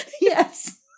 Yes